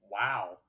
wow